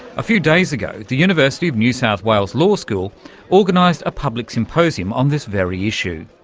a few days ago the university of new south wales law school organised a public symposium on this very issue.